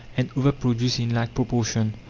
and other produce in like proportion.